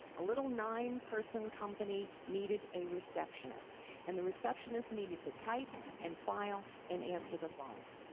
a little nine person company needed a receptionist and the receptionist needed to type and file and answer the phones.